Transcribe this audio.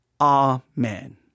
amen